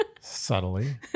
Subtly